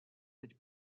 teď